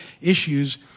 issues